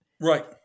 Right